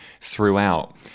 throughout